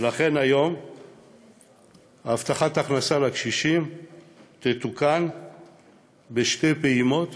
ולכן היום הבטחת הכנסה לקשישים תתוקן בשתי פעימות